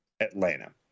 Atlanta